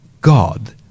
God